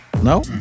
No